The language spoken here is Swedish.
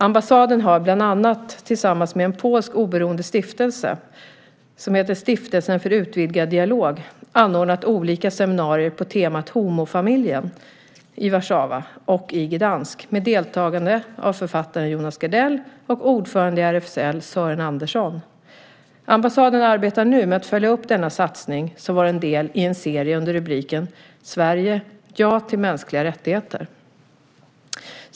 Ambassaden har bland annat tillsammans med en polsk oberoende stiftelse, Stiftelsen för utvidgad dialog, anordnat olika seminarier på temat Homofamiljen i Warszawa och i Gdansk med deltagande av författaren Jonas Gardell och ordförande i RFSL Sören Andersson. Ambassaden arbetar nu med att följa upp denna satsning som var en del i en serie under rubriken Sverige: Ja till mänskliga rättigheter.